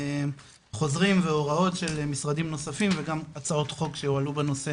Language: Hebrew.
חוזרים והוראות של משרדים נוספים וגם הצעות חוק שהועלו בנושא